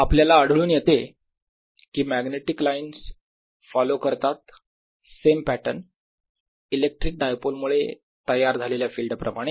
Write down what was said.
आपल्याला आढळून येते की मॅग्नेटिक लाइन्स फॉलो करतात सेम पॅटर्न इलेक्ट्रिक डायपोल मुळे तयार झालेल्या फिल्ड प्रमाणे